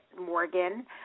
Morgan